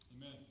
Amen